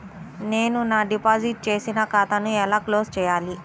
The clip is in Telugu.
నేను నా డిపాజిట్ చేసిన ఖాతాను ఎలా క్లోజ్ చేయాలి?